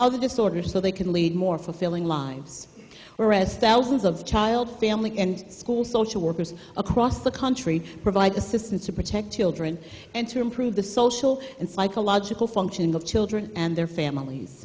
other disorders so they can lead more fulfilling lives were arrested thousands of child family and school social workers across the country provide assistance to protect children and to improve the social and psychological functioning of children and their families